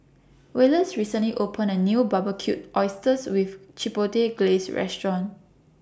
Wallace recently opened A New Barbecued Oysters with Chipotle Glaze Restaurant